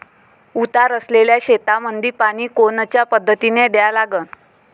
उतार असलेल्या शेतामंदी पानी कोनच्या पद्धतीने द्या लागन?